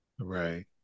Right